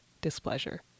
displeasure